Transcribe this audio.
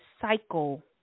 cycle